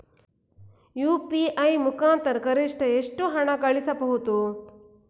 UPI ಮುಖಾಂತರ ಗರಿಷ್ಠ ಎಷ್ಟು ಹಣ ಕಳಿಸಬಹುದು?